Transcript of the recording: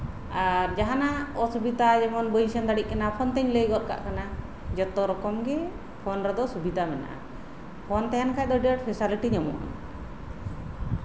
ᱟᱨ ᱡᱟᱦᱟᱱᱟᱜ ᱚᱥᱩᱵᱤᱛᱟ ᱠᱚᱦᱚᱸ ᱵᱟᱹᱧ ᱥᱮᱱ ᱫᱟᱲᱮᱭᱟᱜ ᱠᱟᱱᱟ ᱯᱷᱳᱱ ᱛᱮᱧ ᱞᱟᱹᱭ ᱜᱚᱫᱽ ᱠᱟᱜ ᱠᱟᱱᱟ ᱡᱚᱛᱚ ᱨᱚᱠᱚᱢ ᱜᱮ ᱯᱷᱳᱱ ᱨᱮᱫᱚ ᱥᱩᱵᱤᱫᱟ ᱢᱮᱱᱟᱜᱼᱟ ᱯᱷᱳᱱ ᱛᱟᱦᱮᱸᱱ ᱠᱷᱟᱱ ᱟᱹᱰᱤ ᱟᱸᱴ ᱯᱷᱮᱥᱟᱞᱤᱴᱤ ᱧᱟᱢᱚᱜᱼᱟ